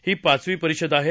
ही पाचवी परिषद आहे